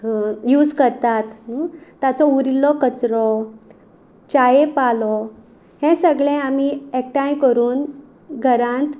use करतात ताचो उरिल्लो कचरो चाये पालो हें सगलें आमी एकटांय करून घरांत